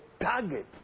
target